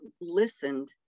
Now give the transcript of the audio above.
listened